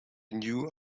knew